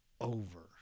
over